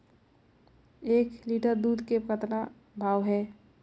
एक लिटर दूध के कतका भाव हे?